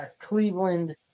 Cleveland